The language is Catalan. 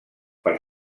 per